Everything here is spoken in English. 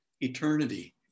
Eternity